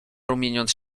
rumieniąc